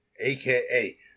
AKA